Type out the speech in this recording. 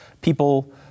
people